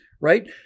right